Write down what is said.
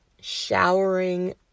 showering